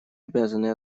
обязаны